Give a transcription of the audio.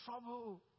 trouble